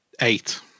Eight